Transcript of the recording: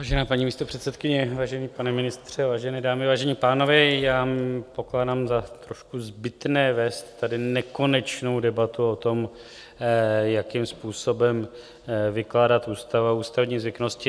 Vážená paní místopředsedkyně, vážený pane ministře, vážené dámy, vážení pánové, já pokládám za trošku zbytné vést tady nekonečnou debatu o tom, jakým způsobem vykládat ústavu a ústavní zvyklosti.